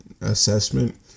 assessment